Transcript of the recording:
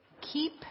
keep